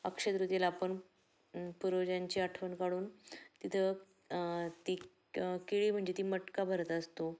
अक्षयतृतीयेला आपण पूर्वजांची आठवण काढून तिथं ती क केळी म्हणजे ती मटका भरत असतो